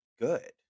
good